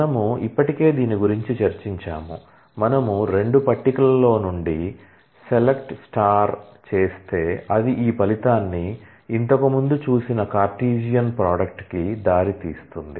మనము ఇప్పటికే దీని గురించి చర్చించాము మనము 2 పట్టికలలో నుండి సెలెక్ట్ కి దారితీస్తుంది